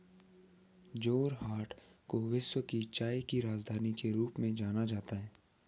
जोरहाट को विश्व की चाय की राजधानी के रूप में जाना जाता है